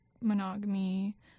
monogamy